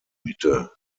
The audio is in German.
mitte